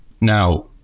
Now